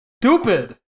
stupid